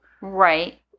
Right